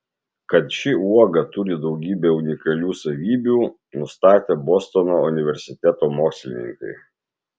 kad ši uoga turi daugybę unikalių savybių nustatė bostono universiteto mokslininkai